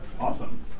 awesome